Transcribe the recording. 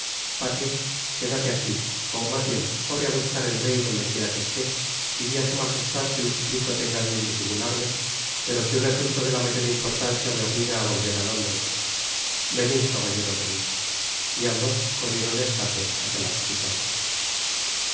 patrik quédate aquí ó mas bien corre á buscar el rey donde quiera que esté y di á su magestad que le suplico tenga á bien disimularme pero que un asunto de la mayor importancia me obliga á volver á londres venid caballero venid y ambos corrieron á escape hácia la capital